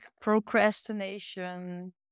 procrastination